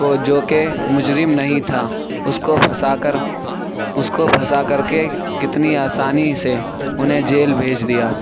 کو جو کہ مجرم نہیں تھا اس کو پھنسا کر اس کو پھنسا کر کے کتنی آسانی سے انہیں جیل بھیج دیا